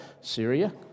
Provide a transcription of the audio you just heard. Syria